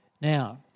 Now